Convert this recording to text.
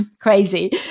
crazy